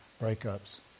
breakups